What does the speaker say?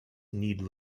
need